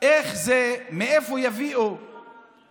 איך זה, מאיפה יביאו